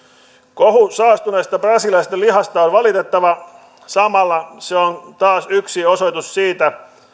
kohu saastuneesta brasilialaisesta lihasta on valitettava samalla se on taas yksi osoitus siitä